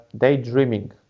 daydreaming